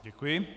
Děkuji.